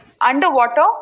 underwater